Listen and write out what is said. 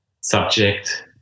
subject